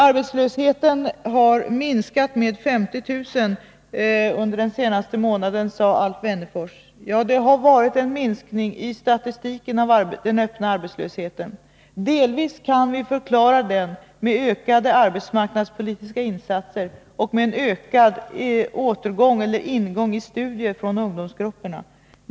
Arbetslösheten har minskat med 50 000 under den senaste månaden, sade Alf Wennerfors. Ja, det har enligt statistiken skett en minskning av den öppna arbetslösheten. Delvis kan vi förklara den med ökade arbetsmarknadspolitiska insatser och med en ökad ingång i studier bland ungdomsgrupperna.